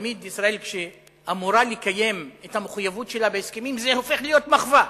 תמיד כשישראל אמורה לקיים את המחויבות שלה בהסכמים זה הופך להיות מחווה.